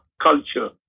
culture